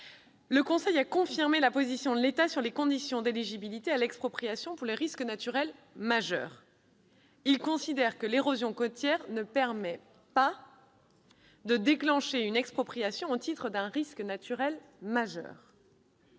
Gironde. Confirmant la position de l'État sur les conditions d'éligibilité à l'expropriation pour les risques naturels majeurs, le Conseil constitutionnel considère que l'érosion côtière ne permet pas de déclencher une expropriation au titre d'un risque naturel majeur.